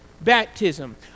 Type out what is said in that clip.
baptism